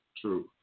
True